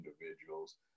individuals